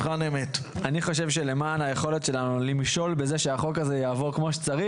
אני חושב שלמען היכולת שלנו למשול בזה שהחוק הזה יעבור כמו שצריך,